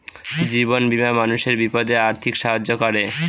জীবন বীমা মানুষের বিপদে আর্থিক সাহায্য করে